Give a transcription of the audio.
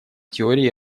теории